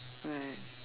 right